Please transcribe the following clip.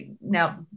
now